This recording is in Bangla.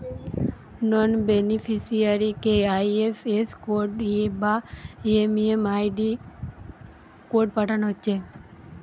নন বেনিফিসিয়ারিকে আই.এফ.এস কোড বা এম.এম.আই.ডি কোড পাঠানা হচ্ছে